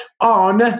on